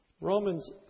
Romans